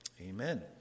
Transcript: Amen